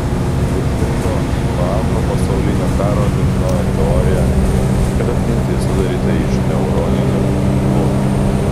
vis dėlto nuo antro pasaulinio karo dominuoja teorija kad atmintis sudaryta iš neuroninių tinklų